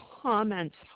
comments